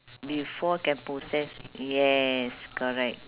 before can process yes correct